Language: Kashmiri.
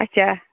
اچھا